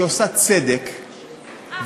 שעושה צדק,